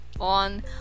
on